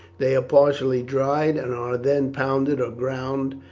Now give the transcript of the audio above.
they are partially dried, and are then pounded or ground,